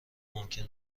ممکن